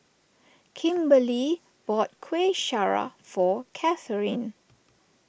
Kimberlee bought Kueh Syara for Catherine